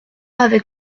avec